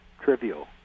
trivial